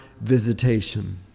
visitation